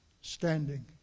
standing